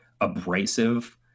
abrasive